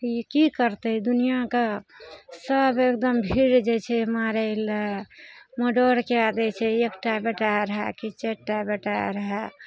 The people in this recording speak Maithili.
ई की करतइ दुनिआँके सब एकदम भीड़ जाइ छै मारय लए मर्डर कए दै छै एकटा बेटा रहय कि चारिटा बेटा रहय